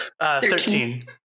Thirteen